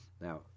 Now